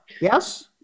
yes